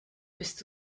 bist